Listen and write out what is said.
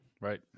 right